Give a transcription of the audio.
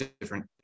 different